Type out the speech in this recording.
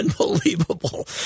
unbelievable